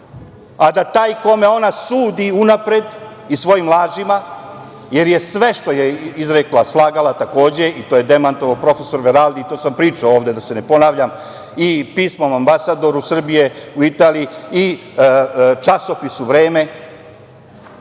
a da taj kome ona sudi unapred i svojim lažima, jer je sve što je izrekla slagala, takođe, i to je demantovao profesor Veraldi, i to sam pričao ovde, da se ne ponavljam i pismom ambasadoru Srbije u Italiji i časopisu "Vreme",